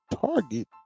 target